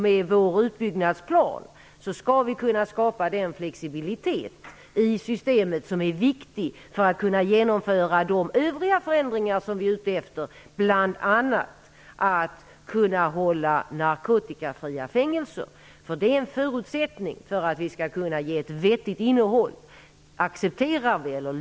Med vår utbyggnadsplan skall vi också kunna skapa den flexibilitet i systemet som är viktig för att vi skall kunna genomföra de övriga förändringar som vi är ute efter, bl.a. att göra det möjligt att hålla fängelserna narkotikafria. Det är nämligen en förutsättning för att vi skall kunna ge fängelsetiden ett vettigt innehåll.